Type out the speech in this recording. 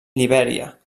libèria